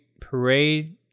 parade